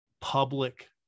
public